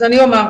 אז אני אומר.